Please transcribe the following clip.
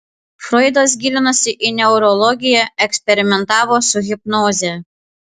froidas gilinosi į neurologiją eksperimentavo su hipnoze